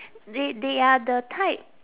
they they are the type